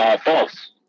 false